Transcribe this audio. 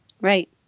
Right